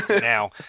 Now